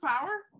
power